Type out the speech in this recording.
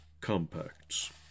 compacts